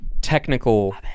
technical